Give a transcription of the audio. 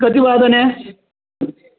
कति वादने